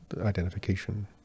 identification